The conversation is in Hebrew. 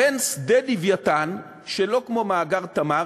לכן שדה "לווייתן", שלא כמו מאגר "תמר",